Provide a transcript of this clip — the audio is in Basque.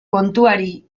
kontuari